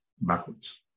backwards